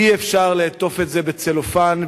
אי-אפשר לעטוף את זה בצלופן,